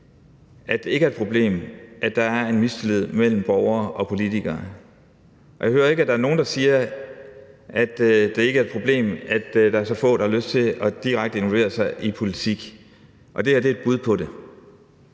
at det ikke er et problem, at der er en mistillid mellem borgere og politikerne, og jeg hører ikke, at der er nogen, der siger, at det ikke er et problem, at der er så få, der har lyst til at involvere sig direkte i politik. Og det her er et bud på det.